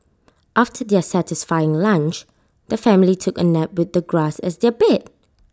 after their satisfying lunch the family took A nap with the grass as their bed